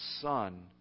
Son